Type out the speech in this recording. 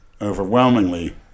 overwhelmingly